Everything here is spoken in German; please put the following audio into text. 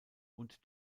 und